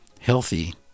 healthy